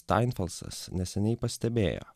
tainfelsas neseniai pastebėjo